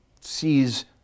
sees